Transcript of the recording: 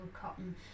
cotton